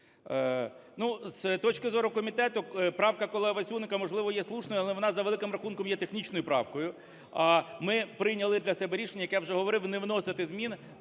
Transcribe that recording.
з точки зору комітету, правка колеги Васюника можливо є слушною, але вона, за великим рахунком, є технічною правкою. Ми прийняли для себе рішення, як я вже говорив, не вносити змін